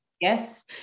Yes